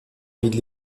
vide